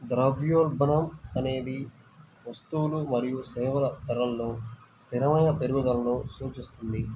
ద్రవ్యోల్బణం అనేది వస్తువులు మరియు సేవల ధరలలో స్థిరమైన పెరుగుదలను సూచిస్తుంది